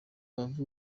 bava